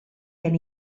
gen